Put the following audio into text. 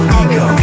ego